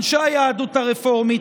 אנשי היהדות הרפורמית,